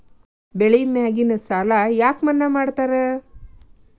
ಬೆಳಿ ಮ್ಯಾಗಿನ ಸಾಲ ಯಾಕ ಮನ್ನಾ ಮಾಡ್ತಾರ?